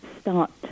start